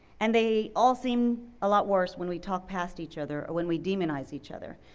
and they all seem a lot worse when we talk past each other or when we demonize each other.